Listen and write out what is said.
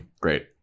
great